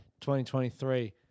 2023